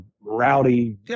rowdy